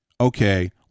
okay